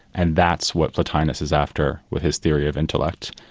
and that's what plotinus is after with his theory of intellect.